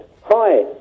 Hi